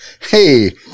Hey